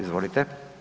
Izvolite.